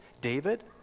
David